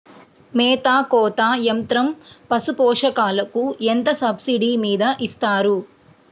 మేత కోత యంత్రం పశుపోషకాలకు ఎంత సబ్సిడీ మీద ఇస్తారు?